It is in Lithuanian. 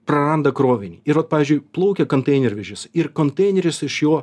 praranda krovinį ir vat pavyzdžiui plaukia kanteinervežis ir konteineris iš jo